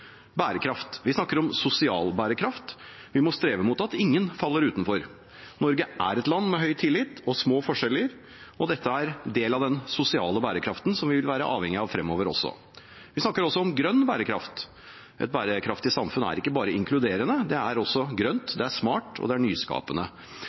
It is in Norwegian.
Bærekraft: Vi snakker om sosial bærekraft. Vi må streve mot at ingen faller utenfor. Norge er et land med høy tillit og små forskjeller. Dette er del av den sosiale bærekraften som vi vil være avhengig av fremover også. Vi snakker også om grønn bærekraft. Et bærekraftig samfunn er ikke bare inkluderende, det er også